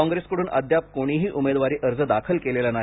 काँप्रेसकडून अद्याप कोणीही उमेदवारी अर्ज दाखल केलेला नाही